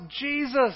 Jesus